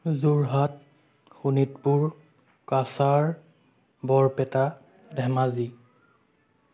Jorhat Sonitpur Cachar Barpeta Dhemaji